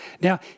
Now